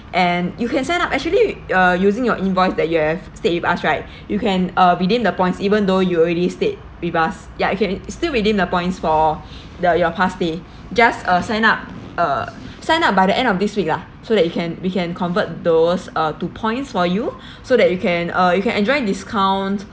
and you can set up actually uh using your invoice that you have stayed with us right you can uh redeem the points even though you already stayed with us ya you can still redeem the points for the your past stay just uh sign up uh sign up by the end of this week lah so that we can we can convert those uh to points for you so that you can uh you can enjoy discount